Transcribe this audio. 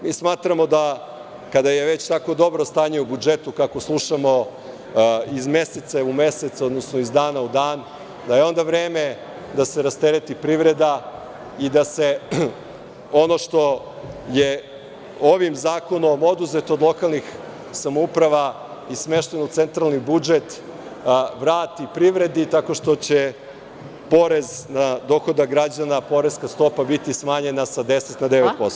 Mi smatramo da kada je već tako dobro stanje u budžetu kako slušamo iz meseca u mesec, odnosno iz dana u dan, da je onda vreme da se rastereti privreda i da se ono što je ovim zakonom oduzeto od lokalnih samouprava i smešteno u centralni budžet, vrati privredi, tako što će porez na dohodak građana, poreska stopa biti smanjena sa 10 na 9%